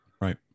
Right